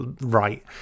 right